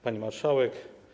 Pani Marszałek!